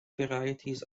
varieties